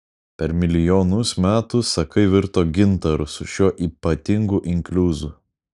per milijonus metų sakai virto gintaru su šiuo ypatingu inkliuzu